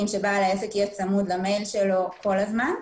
שבעל העסק יהיה צמוד למייל שלו כל הזמן.